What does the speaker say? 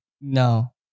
No